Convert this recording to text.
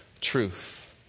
truth